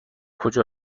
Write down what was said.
کجا